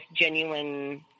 genuine